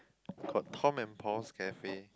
got Tom and Paul cafe